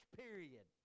period